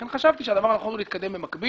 לכן, חשבתי שהדבר הנכון הוא להתקדם במקביל.